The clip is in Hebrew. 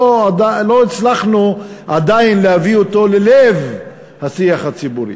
לא הצלחנו עדיין להביא אותו ללב השיח הציבורי.